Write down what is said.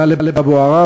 טלב אבו עראר,